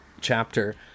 chapter